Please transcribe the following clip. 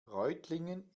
reutlingen